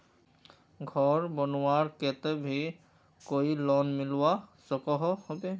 घोर बनवार केते भी कोई लोन मिलवा सकोहो होबे?